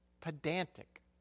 pedantic